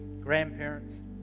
grandparents